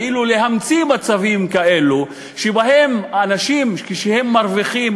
כאילו להמציא מצבים כאלו שבהם אנשים כשהם מרוויחים,